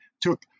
took